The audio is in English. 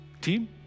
Team